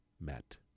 met